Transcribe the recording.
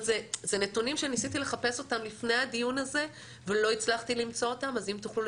זה נתונים שניסיתי לחפש לפני הדיון הזה ולא הצלחתי למצוא אותם אז אם תוכלו